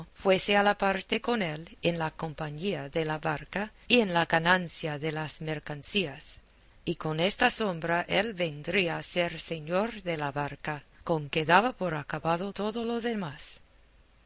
fuese a la parte con él en la compañía de la barca y en la ganancia de las mercancías y con esta sombra él vendría a ser señor de la barca con que daba por acabado todo lo demás